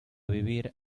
vivir